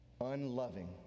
unloving